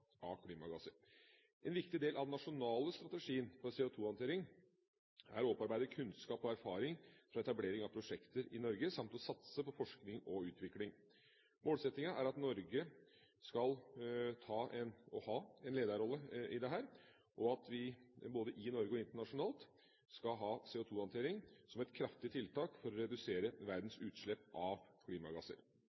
En viktig del av den nasjonale strategien for CO2-håndtering er å opparbeide kunnskap og erfaring for etablering av prosjekter i Norge samt å satse på forskning og utvikling. Målsettingen er at Norge skal ha en lederrolle i dette, og at vi både i Norge og internasjonalt skal ha CO2-håndtering som et kraftig tiltak for å redusere verdens utslipp av klimagasser.